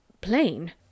plain